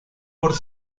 por